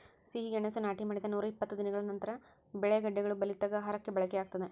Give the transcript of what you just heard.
ಸಿಹಿಗೆಣಸು ನಾಟಿ ಮಾಡಿದ ನೂರಾಇಪ್ಪತ್ತು ದಿನಗಳ ನಂತರ ಬೆಳೆ ಗೆಡ್ಡೆಗಳು ಬಲಿತಾಗ ಆಹಾರಕ್ಕೆ ಬಳಕೆಯಾಗ್ತದೆ